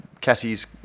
Cassie's